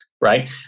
right